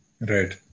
Right